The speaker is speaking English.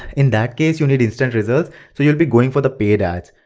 in that case, you need instant result so you'll be going for the paid ads.